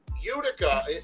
Utica